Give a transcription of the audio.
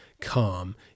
calm